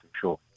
sure